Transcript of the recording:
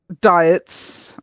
diets